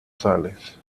sales